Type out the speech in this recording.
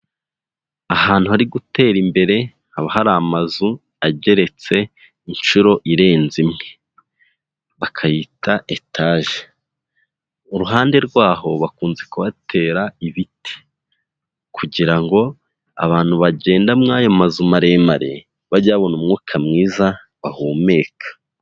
Ahantu hari gutera imbere haba hari amazu ageretse inshuro irenze imwe bakayita etaje, uruhande rwaho bakunze kubatera ibiti kugira ngo abantu bagenda muri ayo mazu maremare bajye babona umwuka mwiza bahumeka.